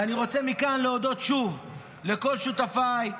ואני רוצה מכאן להודות שוב לכל שותפיי.